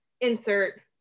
insert